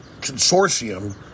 consortium